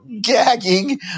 gagging